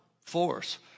force